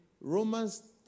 Romans